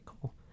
cool